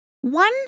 One